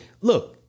look